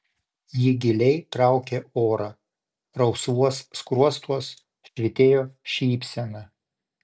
ji giliai traukė orą rausvuos skruostuos švytėjo šypsena